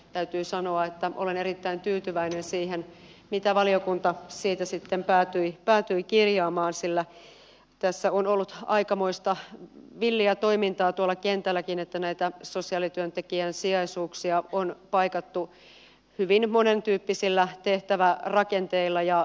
täytyy sanoa että olen erittäin tyytyväinen siihen mitä valiokunta siitä sitten päätyi kirjaamaan sillä tässä on ollut aikamoista villiä toimintaa tuolla kentälläkin kun näitä sosiaalityöntekijän sijaisuuksia on paikattu hyvin monentyyppisillä tehtävärakenteilla